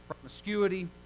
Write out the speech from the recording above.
promiscuity